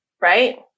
right